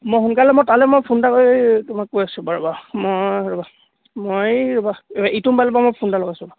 মই সোনকালে মই তালৈ মই ফোন এটা কৰি তোমাক কৈ আছোঁ বাৰু ৰ'বা মই ৰ'বা মই ৰ'বা ইটো মোবাইলৰ পৰা মই ফোন এটা লগাইছোঁ ৰ'বা